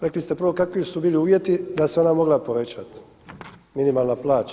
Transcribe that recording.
Rekli ste prvo kakvi su bili uvjeti da se ona mogla povećati minimalna plaća.